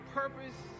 purpose